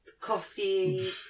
coffee